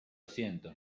siento